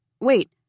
Wait